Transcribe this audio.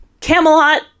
Camelot